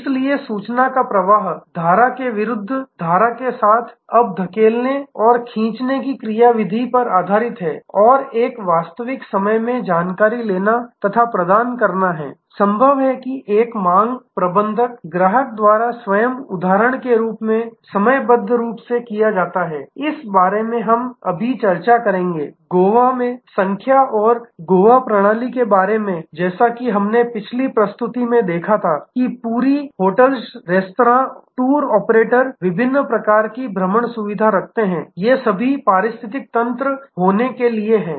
इसलिए सूचना का प्रवाह धारा के विरुद्ध धारा के साथ अब धकेलने और खींचने क्रियाविधि पर आधारित है और एक वास्तविक समय में जानकारी लेना तथा प्रदान करना है संभव है कि एक मांग प्रबंधन ग्राहक द्वारा स्वयं उदाहरण के रूप में समयबद्ध रूप से किया जाता है इस बारे में हम अभी चर्चा करेंगे गोवा में संख्या और गोवा प्रणाली के बारे में जैसा कि हमने पिछली प्रस्तुति में देखा था कि पूरे होटल रेस्तरां टूर ऑपरेटर विभिन्न प्रकार की भ्रमण सुविधा रखते हैं ये सभी एक पारिस्थितिकी तंत्र होने के लिए हैं